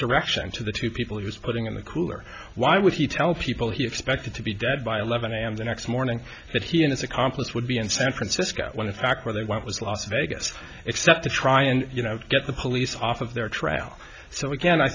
mystery reaction to the two people he was putting in the cooler why would he tell people he expected to be dead by eleven am the next morning that he and his accomplice would be in san francisco when in fact where they went was las vegas except to try and you know get the police off of their trail so again i